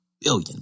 Billion